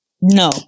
no